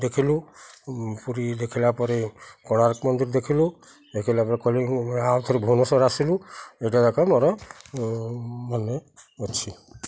ଦେଖିଲୁ ପୁରୀ ଦେଖିଲା ପରେ କୋଣାର୍କ ମନ୍ଦିର ଦେଖିଲୁ ଦେଖିଲା ପରେ ଆଉ ଥରେ ଭୁବନେଶ୍ୱର ଆସିଲୁ ଏଇଟା ଯାକ ମୋର ମନେ ଅଛି